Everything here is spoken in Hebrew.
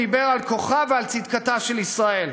דיבר על כוחה ועל צדקתה של ישראל.